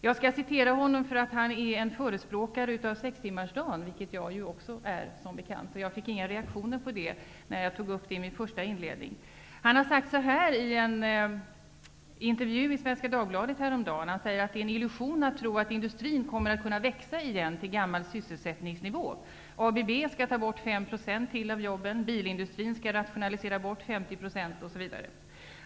Jag skall citera honom för att han är en förespråkare för sextimmarsdagen, vilket jag också som bekant är. Jag fick inga reaktioner på det när jag tog upp det i min inledning. Han sade i en intervju i Svenska Dagbladet häromdagen att det är en illusion att tro att industrin kommer att kunna växa igen till gammal sysselsättningsnivå. ABB skall ta bort 5 % till av jobben, bilindustrin skall rationalisera bort 50 %.